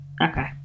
Okay